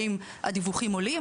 האם הדיווחים עולים?